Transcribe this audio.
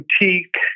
boutique